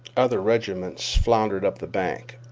other regiments floundered up the bank.